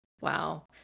Wow